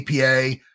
APA